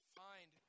find